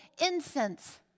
incense